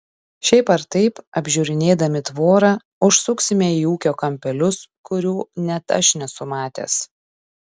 šiaip ar taip apžiūrinėdami tvorą užsuksime į ūkio kampelius kurių net aš nesu matęs